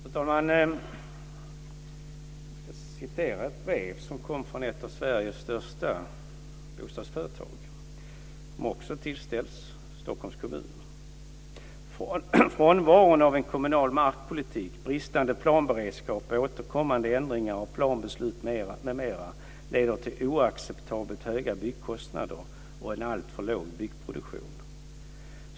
Fru talman! Jag ska läsa ur ett brev som kom från ett av Sveriges största bostadsföretag och som också tillställts Stockholms kommun: Frånvaron av en kommunal markpolitik, bristande planberedskap, återkommande ändringar av planbeslut m.m. leder till oacceptabelt höga byggkostnader och en alltför låg byggproduktion.